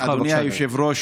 אדוני היושב-ראש,